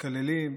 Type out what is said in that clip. מקללים,